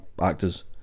actors